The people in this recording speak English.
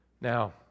Now